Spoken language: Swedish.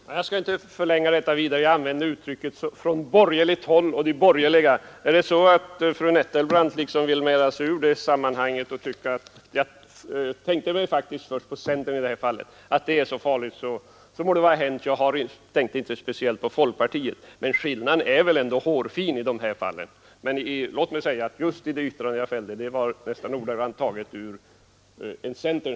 Herr talman! Inte heller jag skall förlänga debatten så mycket. Jag använde uttrycken ”från borgerligt håll” och ”de borgerliga”, men jag tänkte faktiskt då i första hand på centern. Om fru Nettelbrandt nu vill mäla sig ur det sammanhanget och anse det farligt, så må det vara hänt. Jag tänkte inte speciellt på folkpartiet. Men i det här fallet är väl skillnaden ändå hårfin! Låt mig emellertid säga att just det yttrande jag fällde nästan ordagrant var taget från centern.